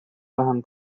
vähem